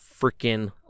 freaking